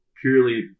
purely